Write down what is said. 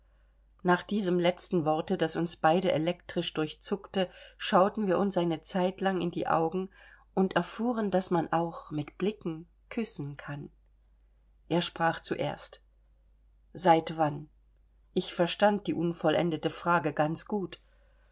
nach diesem letzten worte das uns beide elektrisch durchzuckte schauten wir uns eine zeit lang in die augen und erfuhren daß man auch mit blicken küssen kann er sprach zuerst seit wann ich verstand die unvollendete frage ganz gut